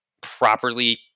properly